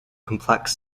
complex